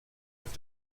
auf